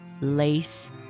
lace